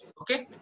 Okay